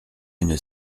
une